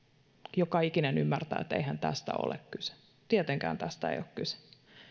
joka ikinen ymmärtää että eihän tästä ole kyse tietenkään tästä ei ole kyse